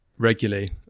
regularly